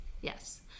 Yes